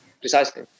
precisely